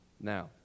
Now